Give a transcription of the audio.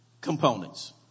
components